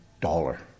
dollar